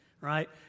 right